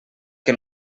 que